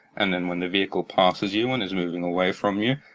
and then when the vehicle passes you and is moving away from you,